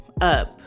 up